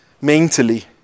mentally